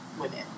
women